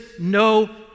no